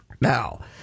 Now